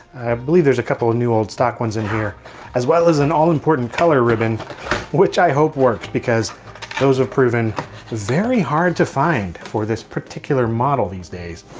i believe there's a couple of new old stock ones in here as well as an all-important color ribbon which i hope works because those are proven very hard to find for this particular model these days.